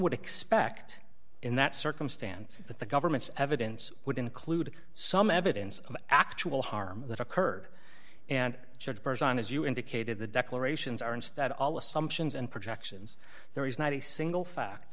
would expect in that circumstance that the government's evidence would include some evidence of actual harm that occurred and george burns on as you indicated the declarations are instead all assumptions and projections there is not a single fact